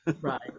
Right